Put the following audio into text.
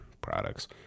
products